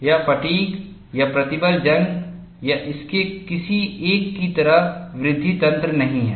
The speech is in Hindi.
यह फ़ैटिग् या प्रतिबल जंग या इसके किसी एक की तरह वृद्धि तंत्र नहीं है